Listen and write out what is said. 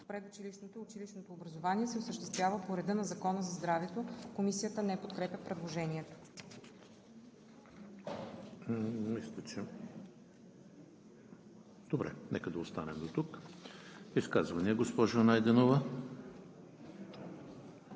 предучилищното и училищното образование се осъществява по реда на Закона за здравето.“ Комисията не подкрепя предложението.